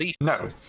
No